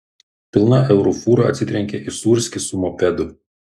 pilna eurų fūra atsitrenkė į sūrskį su mopedu